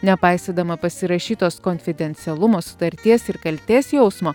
nepaisydama pasirašytos konfidencialumo sutarties ir kaltės jausmo